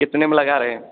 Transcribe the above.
कितने में लगा रहे हें